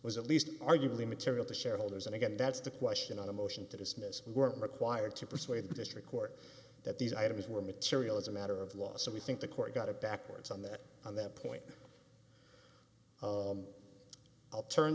was at least arguably material to shareholders and again that's the question on a motion to dismiss were required to persuade the district court that these items were material as a matter of law so we think the court got it backwards on that on that point i'll turn